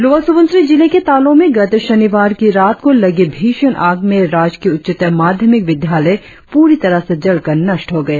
lower Subansiri जिले के तालों में गत शनिवार की रात को लगी भीषण आग में राजकीय उच्चतर माध्यमिक विद्यालय पूरी तरह से जलकर नष्ट हो गए